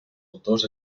autors